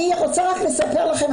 אני רוצה רק לספר לכם,